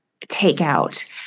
takeout